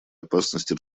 опасности